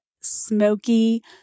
smoky